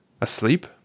Asleep